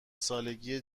سالگی